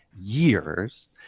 years